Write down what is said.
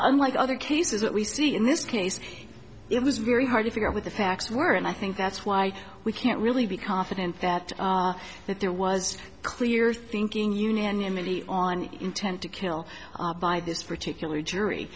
unlike other cases that we see in this case it was very hard to figure out what the facts were and i think that's why we can't really be confident that that there was a clear thinking union in many on intent to kill by this particular jury